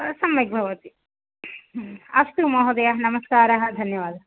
सम्यक् भवति अस्तु महोदय नमस्कारः धन्यवादः